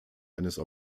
eines